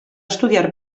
estudiar